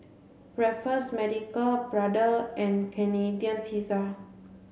Raffles Medical Brother and Canadian Pizza